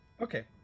Okay